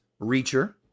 Reacher